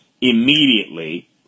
immediately